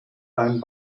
beim